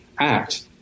act